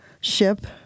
ship